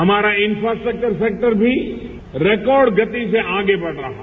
हमारा infrastructure sector भी record गति से आगे बढ़ रहा है